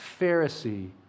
Pharisee